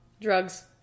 drugs